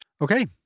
Okay